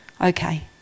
Okay